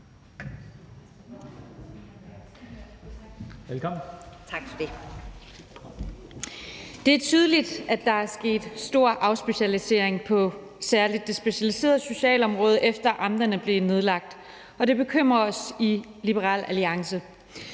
Det er tydeligt, at der er sket en stor afspecialisering på særlig det specialiserede socialområde, efter at amterne blev nedlagt, og det bekymrer os i Liberal Alliance.